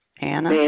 Anna